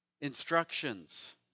instructions